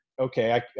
okay